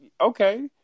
okay